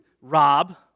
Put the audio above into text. Rob